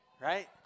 right